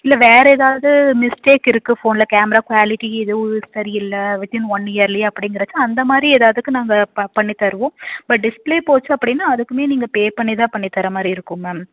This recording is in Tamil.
இல்லை வேறு ஏதாவது மிஸ்டேக் இருக்குது ஃபோனில் கேம்ரா குவாலிட்டி எதுவும் சரி இல்லை வித்இன் ஒன் இயர்லியே அப்படிங்கறது அந்த மாதிரி எதாவதுக்கு நாங்கள் ப பண்ணி தருவோம் பட் டிஸ்பிளே போச்சு அப்படின்னா அதுக்குமே நீங்கள் பே பண்ணி தான் பண்ணி தர மாதிரி இருக்கும் மேம்